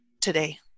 today